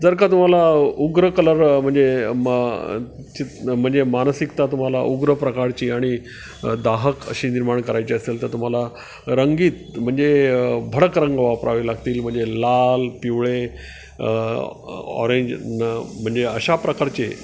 जर का तुम्हाला उग्र कलर म्हणजे म च म्हणजे मानसिकता तुम्हाला उग्र प्रकारची आणि दाहक अशी निर्माण करायची असेल तर तुम्हाला रंगीत म्हणजे भडक रंग वापरावे लागतील म्हणजे लाल पिवळे ऑरेंज न म्हणजे अशा प्रकारचे